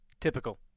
Typical